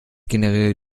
generiere